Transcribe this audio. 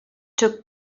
took